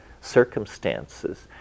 circumstances